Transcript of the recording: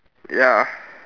ya